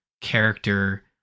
character